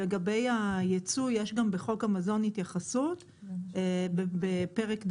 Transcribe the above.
לגבי הייצוא יש גם בחוק המזון התייחסות בפרק ד(1),